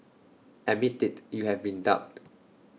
admit IT you have been duped